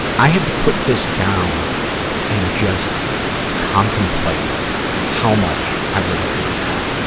i had to put this down and just contemplate how much i related to that.